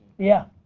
yeah.